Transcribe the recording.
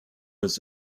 was